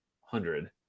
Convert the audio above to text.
hundred